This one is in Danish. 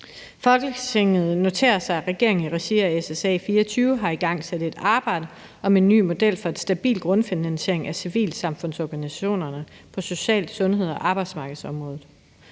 Folketinget noterer sig, at regeringen i regi af SSA24 har igangsat et arbejde om en ny model for stabil grundfinansiering af civilsamfundsorganisationer på social-, sundheds- og arbejdsmarkedsområdet.